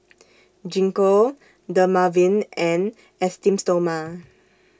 Gingko Dermaveen and Esteem Stoma